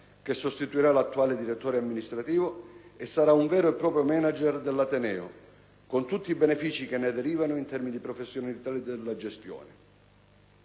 che sostituirà l'attuale direttore amministrativo e sarà un vero e proprio *manager* dell'ateneo, con tutti i benefìci che ne derivano in termini di professionalità della gestione.